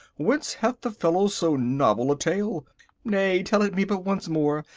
whence hath the fellow so novel a tale nay, tell it me but once more,